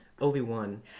Obi-Wan